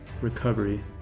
recovery